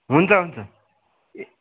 हुन्छ हुन्छ